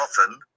often